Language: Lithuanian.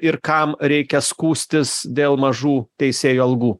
ir kam reikia skųstis dėl mažų teisėjų algų